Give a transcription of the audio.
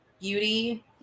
beauty